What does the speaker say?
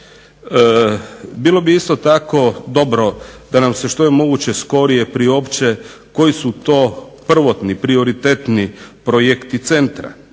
Bilo bi isto tako dobro da nam se što je moguće skorije priopće koji su to prvotni prioritetni projekti centra.